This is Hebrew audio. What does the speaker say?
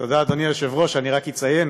תודה, אדוני היושב-ראש, אני רק אציין